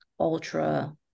Ultra